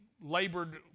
labored